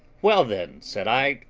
well, then, said i,